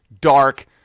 dark